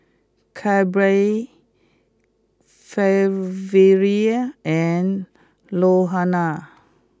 Kelby Flavia and Luana